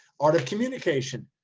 art of communication.